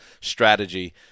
strategy